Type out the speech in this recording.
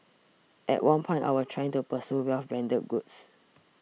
at one point I was trying to pursue wealth branded goods